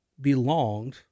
belonged